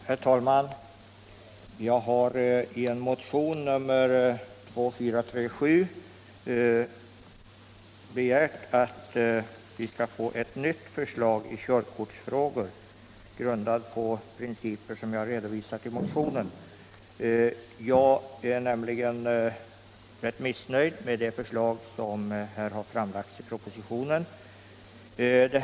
Herr talman! Jag har i motionen 2437 hemställt att vi skall begära ett nytt förslag i körkortsfrågor grundat på de principer som jag redovisat i motionen. Jag är nämligen rätt missnöjd med det förslag som framlagts i propositionen.